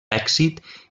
èxit